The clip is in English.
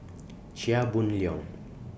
Chia Boon Leong